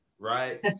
Right